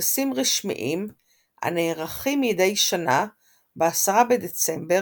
בטקסים רשמיים הנערכים מדי שנה ב-10 בדצמבר,